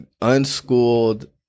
Unschooled